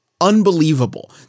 unbelievable